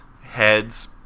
heads